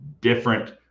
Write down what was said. different